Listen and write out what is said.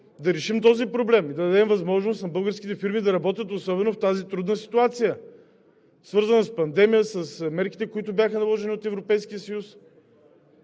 да решим проблема, да дадем възможност на българските фирми да работят, особено в тази трудна ситуация, свързана с пандемия, с мерките, които бяха наложени от Европейския съюз.